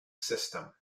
system